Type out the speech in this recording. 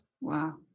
Wow